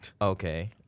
Okay